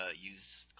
use